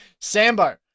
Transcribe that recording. Sambo